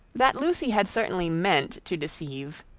that lucy had certainly meant to deceive,